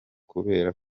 kubera